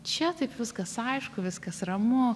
čia taip viskas aišku viskas ramu